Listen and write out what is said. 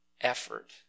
effort